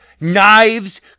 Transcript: knives